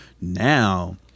Now